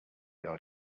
your